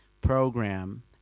program